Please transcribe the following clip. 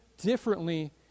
differently